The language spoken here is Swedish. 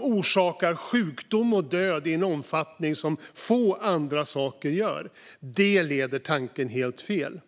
och orsakar sjukdom och död i en omfattning som få andra saker, leder tanken helt fel.